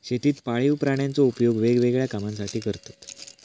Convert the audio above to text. शेतीत पाळीव प्राण्यांचो उपयोग वेगवेगळ्या कामांसाठी करतत